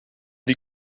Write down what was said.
die